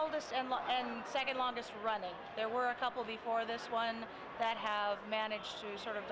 la and second longest running there were a couple before this one that have managed to sort of